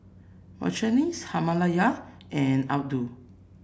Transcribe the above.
Victorinox Himalaya and Aldo